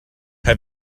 have